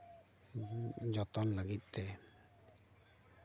ᱡᱚᱛᱚᱱ ᱞᱟᱹᱜᱤᱫ ᱛᱮ